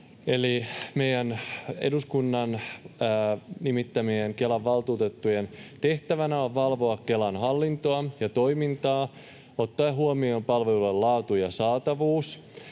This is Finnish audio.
Meidän eduskunnan nimittämien Kelan valtuutettujen tehtävänä on valvoa Kelan hallintoa ja toimintaa ottaen huomioon palveluiden laatu ja saatavuus.